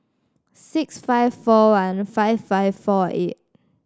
six five four one five five four eight